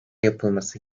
yapılması